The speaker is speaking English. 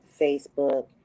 Facebook